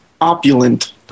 opulent